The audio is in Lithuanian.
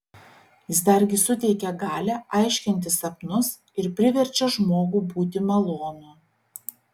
jis dargi suteikia galią aiškinti sapnus ir priverčia žmogų būti malonų